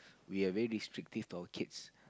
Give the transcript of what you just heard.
we are very restrictive to our kids